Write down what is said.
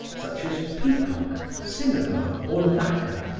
such as peacock, cinnabar or lacquer,